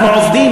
אנחנו עובדים,